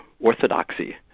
orthodoxy